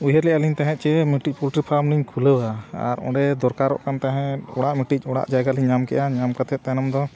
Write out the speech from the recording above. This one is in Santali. ᱩᱭᱦᱟᱹᱨ ᱞᱮᱜᱼᱟ ᱞᱤᱧ ᱛᱟᱦᱮᱸᱫ ᱡᱮ ᱢᱤᱫᱴᱤᱡ ᱯᱳᱞᱴᱨᱤ ᱯᱷᱟᱨᱢ ᱞᱤᱧ ᱠᱷᱩᱞᱟᱹᱣᱟ ᱟᱨ ᱚᱸᱰᱮ ᱫᱚᱨᱠᱟᱨᱚᱜ ᱠᱟᱱ ᱛᱟᱦᱮᱸᱫ ᱚᱲᱟᱜ ᱢᱤᱫᱴᱤᱡ ᱚᱲᱟᱜ ᱡᱟᱭᱜᱟ ᱞᱤᱧ ᱧᱟᱢ ᱠᱮᱜᱼᱟ ᱧᱟᱢ ᱠᱟᱛᱮᱫ ᱛᱟᱭᱱᱚᱢ ᱫᱚ